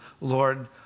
Lord